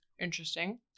interesting